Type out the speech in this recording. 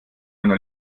mona